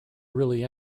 really